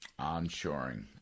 Onshoring